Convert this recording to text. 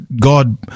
God